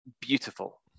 beautiful